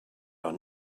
are